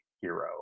hero